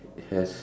has